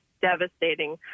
devastating